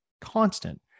constant